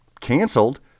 canceled